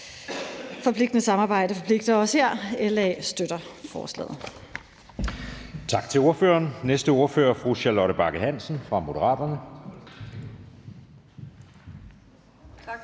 Forpligtende samarbejde forpligter også her: LA støtter forslaget.